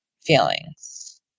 feelings